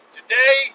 today